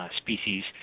species